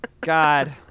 God